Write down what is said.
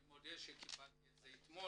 אני מודה שקיבלתי את זה אתמול,